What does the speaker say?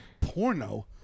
Porno